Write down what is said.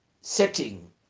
setting